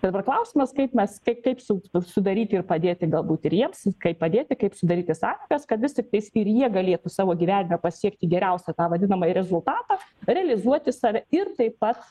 dabar klausimas kaip mes kaip kaip su sudaryti ir padėti galbūt ir jiems kaip padėti kaip sudaryti sąlygas kad vis tiktai ir jie galėtų savo gyvenime pasiekti geriausią tą vadinamąjį rezultatą realizuoti save ir taip pat